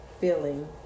feeling